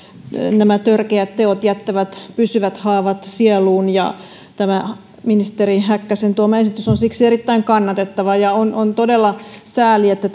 nämä törkeät teot jättävät pysyvät haavat sieluun tämä ministeri häkkäsen tuoma esitys on siksi erittäin kannatettava ja on on todella sääli että